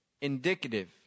indicative